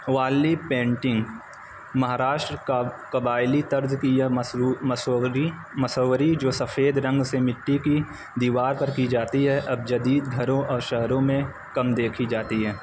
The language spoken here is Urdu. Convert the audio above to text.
والی پینٹنگ مہاراشٹر قبائلی طرز کی یہ مصرو مصوری مصوری جو سفید رنگ سے مٹی کی دیوار پر کی جاتی ہے اب جدید گھروں اور شہروں میں کم دیکھی جاتی ہے